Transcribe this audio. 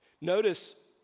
Notice